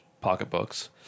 pocketbooks